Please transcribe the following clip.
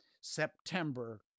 September